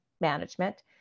management